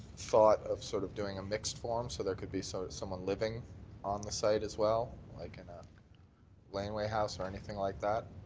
thought of sort of doing a mixed form so there could be so someone living on the site as well? like in a laneway house or anything like that?